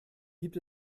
gibt